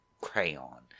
crayon